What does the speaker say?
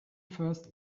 first